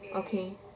okay